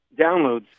downloads